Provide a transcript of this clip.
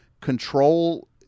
control